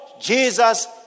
Jesus